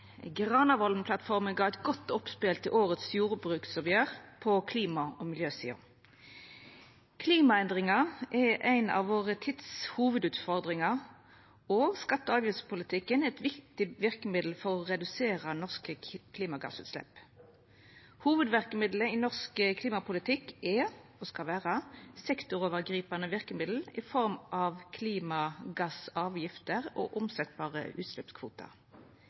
Granavolden-plattforma gav eit godt oppspel til årets jordbruksoppgjer på klima- og miljøsida. Klimaendringar er ei av hovudutfordringane i vår tid, og skatte- og avgiftspolitikken er eit viktig verkemiddel for å redusera norske klimagassutslepp. Hovudverkemiddelet i norsk klimapolitikk er og skal vera sektorovergripande verkemiddel i form av klimagassavgifter og omsetjelege utsleppskvotar.